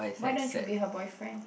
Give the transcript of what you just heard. why don't you be her boyfriend